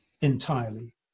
entirely